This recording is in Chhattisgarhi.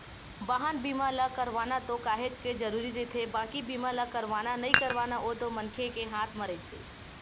बाहन बीमा ह करवाना तो काहेच के जरुरी रहिथे बाकी बीमा ल करवाना नइ करवाना ओ तो मनखे के हात म रहिथे